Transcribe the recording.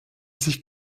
sich